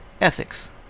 Ethics